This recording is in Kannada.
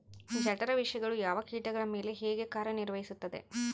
ಜಠರ ವಿಷಯಗಳು ಯಾವ ಕೇಟಗಳ ಮೇಲೆ ಹೇಗೆ ಕಾರ್ಯ ನಿರ್ವಹಿಸುತ್ತದೆ?